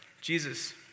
Jesus